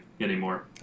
anymore